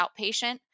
outpatient